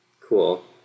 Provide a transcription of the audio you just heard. Cool